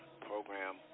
program